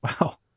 Wow